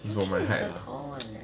he's about my height lah